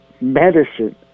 medicine